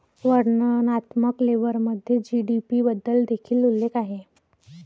वर्णनात्मक लेबलमध्ये जी.डी.पी बद्दल देखील उल्लेख आहे